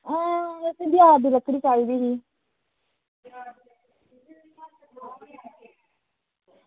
आं असें देआर दी लकड़ी चाहिदी ही